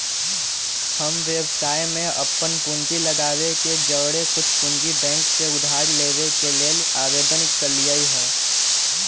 हम व्यवसाय में अप्पन पूंजी लगाबे के जौरेए कुछ पूंजी बैंक से उधार लेबे के लेल आवेदन कलियइ ह